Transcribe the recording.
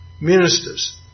ministers